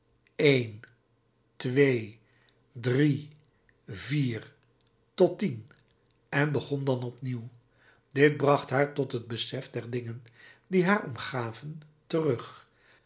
een twee drie vier tot tien en begon dan opnieuw dit bracht haar tot het besef der dingen die haar omgaven terug